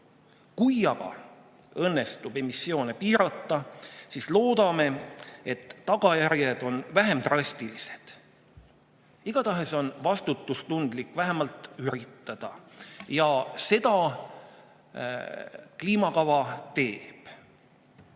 Kui aga õnnestub emissioone piirata, siis loodame, et tagajärjed on vähem drastilised. Igatahes on vastutustundlik vähemalt üritada ja seda kliimakava teeb. Jah,